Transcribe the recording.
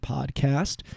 Podcast